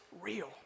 real